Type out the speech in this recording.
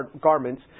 garments